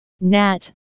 nat